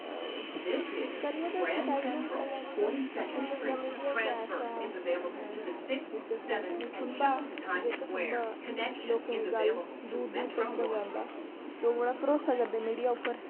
career decide कि'यां कीता कि के मिकी लगदा मीडिया इक ऐसा जिसे अस आक्खने आं खम्बां जेह्का खम्बां ऐ लोकें दे गल्ल दूर दूर तकर पजांदा लोक बड़ा भरोसा करदे मीडिया उप्पर